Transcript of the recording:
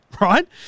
right